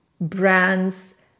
brands